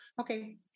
Okay